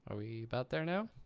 ah we about there now?